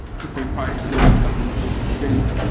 two point five kilometers and to prevent